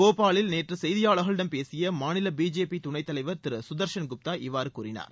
போபாலில் நேற்று செய்தியாளர்களிடம் பேசிய மாநில பிஜேபி துணைத் தலைவர் திரு சுதர்சன் குப்தா இவ்வாறு கூறினார்